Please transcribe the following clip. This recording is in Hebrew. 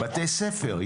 בתי ספר,